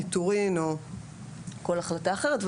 פיטורים או כל החלטה אחרת,